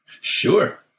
Sure